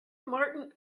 martin